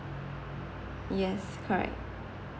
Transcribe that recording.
yes correct